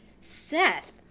Seth